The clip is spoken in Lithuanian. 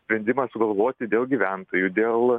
sprendimą sugalvoti dėl gyventojų dėl